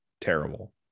terrible